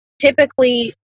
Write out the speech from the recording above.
typically